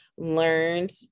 Learned